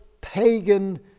pagan